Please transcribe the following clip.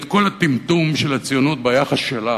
את כל הטמטום של הציונות ביחס שלה,